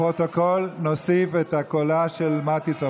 ואבחון של נתוני נוסעים הנכנסים לישראל או היוצאים ממנה,